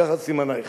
ככה סימנייך.